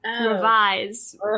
revise